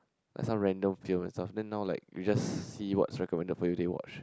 last time random films and stuff then now like you just see what is recommended for you then you watch